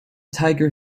tiger